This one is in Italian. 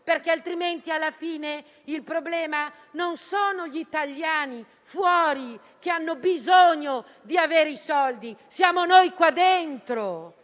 perché altrimenti alla fine il problema non sono gli italiani là fuori che hanno bisogno di avere i soldi, ma siamo noi qui dentro.